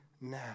now